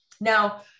now